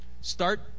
Start